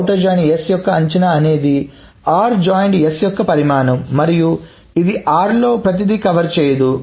అంటే యొక్క అంచనా అనేది r జాయిన్డ్ s యొక్క పరిమాణం మరియు ఇది r లో ప్రతిదీ కవర్ చేయదు